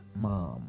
mom